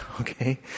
okay